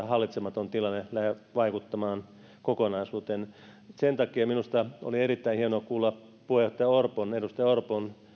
hallitsematon tilanne lähde vaikuttamaan kokonaisuuteen sen takia minusta oli erittäin hienoa kuulla puheenjohtaja edustaja orpon